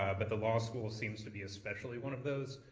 ah but the law school seems to be especially one of those,